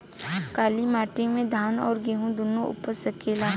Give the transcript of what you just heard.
काली माटी मे धान और गेंहू दुनो उपज सकेला?